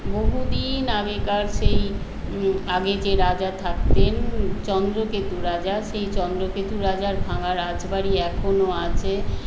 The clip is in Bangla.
বহুদিন আগেকার সেই আগে যে রাজা থাকতেন চন্দকেতু রাজা সেই চন্দকেতু রাজার ভাঙ্গা রাজবাড়ি এখনো আছে